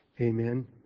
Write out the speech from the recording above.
Amen